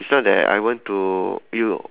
it's not like I want to you know